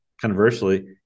Conversely